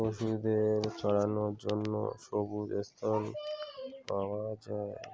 পশুদের চড়ানোর জন্য সবুজ স্থল পাওয়া যায়